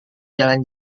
jalan